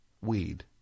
Weed